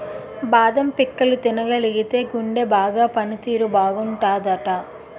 బాదం పిక్కలు తినగలిగితేయ్ గుండె బాగా పని తీరు బాగుంటాదట